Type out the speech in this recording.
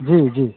जी जी